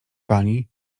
pani